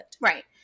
Right